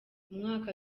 umwaka